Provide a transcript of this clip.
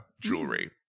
jewelry